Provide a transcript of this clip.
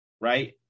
right